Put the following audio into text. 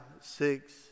six